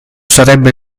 sarebbe